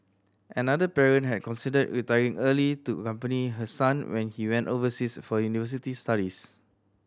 another parent had considered retiring early to accompany her son when he went overseas for university studies